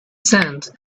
sand